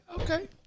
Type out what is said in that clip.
Okay